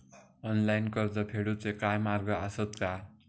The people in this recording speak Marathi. ऑनलाईन कर्ज फेडूचे काय मार्ग आसत काय?